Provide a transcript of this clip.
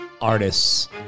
artists